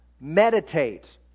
meditate